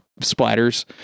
splatters